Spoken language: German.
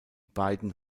beiden